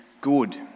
good